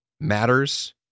matters